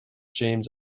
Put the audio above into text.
james